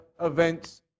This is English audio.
events